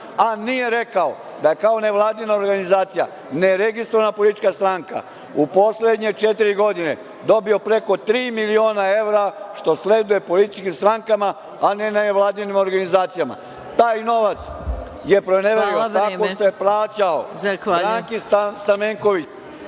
a nije rekao da kao nevladina organizacija, neregistrovana politička stranka u poslednje četiri godine dobio preko tri miliona evra što sleduje političkim strankama, a ne nevladinim organizacijama. Taj novac je proneverio tako što je plaćao Branki Stamenković.